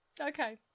okay